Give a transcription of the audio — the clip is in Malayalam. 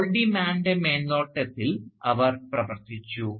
പോൾ ഡി മാൻറെ മേൽനോട്ടത്തിൽ അവർ പ്രവർത്തിച്ചു